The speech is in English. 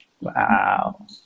wow